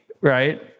right